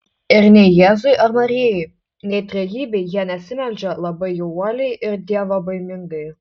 ir nei jėzui ar marijai nei trejybei jie nesimeldžia labai jau uoliai ir dievobaimingai